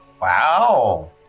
Wow